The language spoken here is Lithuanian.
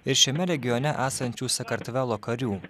ir šiame regione esančių sakartvelo karių